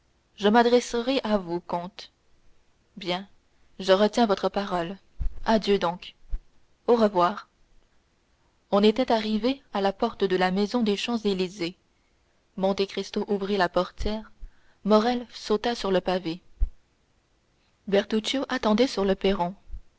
je m'adresserai à vous comte bien je retiens votre parole adieu donc au revoir on était arrivé à la porte de la maison des champs-élysées monte cristo ouvrit la portière morrel sauta sur le pavé bertuccio attendait sur le perron